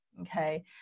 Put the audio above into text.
okay